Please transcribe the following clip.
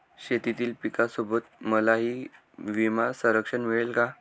शेतीतील पिकासोबत मलाही विमा संरक्षण मिळेल का?